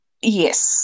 Yes